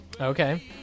Okay